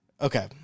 Okay